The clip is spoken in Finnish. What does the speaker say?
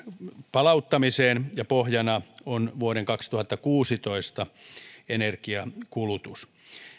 palauttamiseen jonka pohjana on vuoden kaksituhattakuusitoista energiankulutus